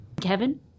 Kevin